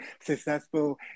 Successful